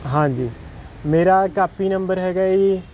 ਹਾਂਜੀ ਮੇਰਾ copy number ਹੈਗਾ ਜੀ